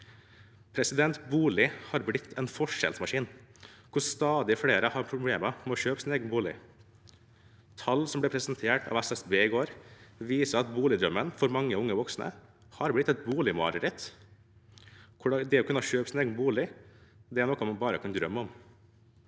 ikke. Bolig har blitt en forskjellsmaskin, og stadig flere har problemer med å kjøpe sin egen bolig. Tall som ble presentert av SSB i går, viser at boligdrømmen for mange unge voksne har blitt et boligmareritt, hvor det å kunne kjøpe sin egen bolig er noe man bare kan drømme om.